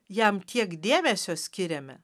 jam tiek dėmesio skiriame